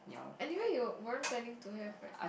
anyway you weren't planning to have right